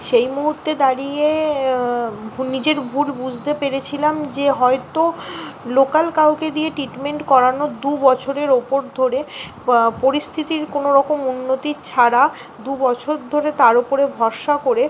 সেই মুহুর্তে দাঁড়িয়ে নিজের ভুল বুঝতে পেরেছিলাম যে হয়তো লোকাল কাউকে দিয়ে ট্রি টমেন্ট করানোর দু বছরের ওপর ধরে পরিস্থিতির কোনো রকম উন্নতি ছাড়া দু বছর ধরে তার ওপরে ভরসা করে